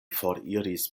foriris